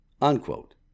unquote